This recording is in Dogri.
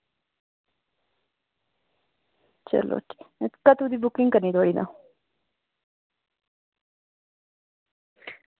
चलो कदूं दी बुकिंग करनी तां